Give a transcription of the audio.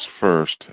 first